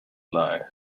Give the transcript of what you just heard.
lie